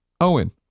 Owen